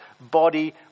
body